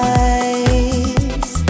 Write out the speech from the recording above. eyes